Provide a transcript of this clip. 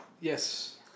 Yes